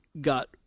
got